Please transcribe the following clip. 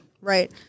right